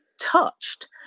touched